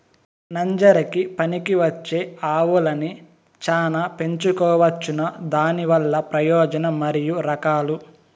నంజరకి పనికివచ్చే ఆవులని చానా పెంచుకోవచ్చునా? దానివల్ల ప్రయోజనం మరియు రకాలు?